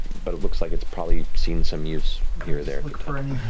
but it looks like it's probably seen some use here or there.